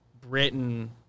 Britain